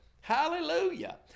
Hallelujah